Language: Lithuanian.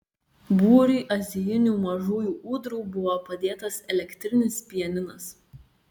būriui azijinių mažųjų ūdrų buvo padėtas elektrinis pianinas